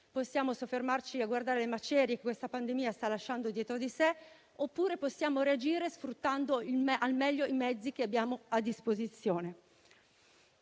possiamo soffermarci a guardare le macerie che questa pandemia sta lasciando dietro di sé oppure possiamo reagire, sfruttando al meglio i mezzi che abbiamo a disposizione.